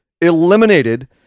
eliminated